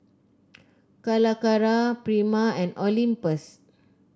Calacara Prima and Olympus